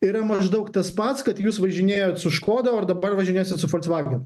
yra maždaug tas pats kad jūs važinėjot su škoda o dabar važinėsit su volkswagen